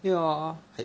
因为 hor I